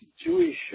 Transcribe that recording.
Jewish